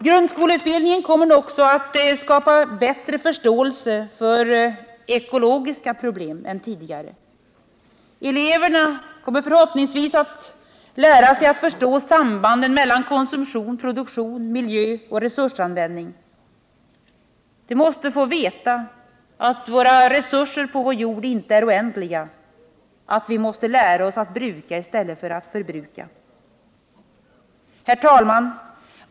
Grundskoleutbildningen kommer också att skapa en bättre förståelse än tidigare för ekologiska problem. Eleverna kommer förhoppningsvis att lära sig förstå sambanden mellan konsumtion, produktion, miljö och resursanvändning. De måste få veta att resurserna på vår jord inte är oändliga, att vi måste lära oss att bruka i stället för att förbruka. Herr talman!